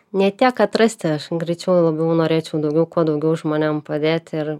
ne tiek atrasti aš greičiau labiau norėčiau daugiau kuo daugiau žmonėm padėti ir